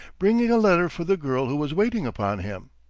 bringing a letter for the girl who was waiting upon him.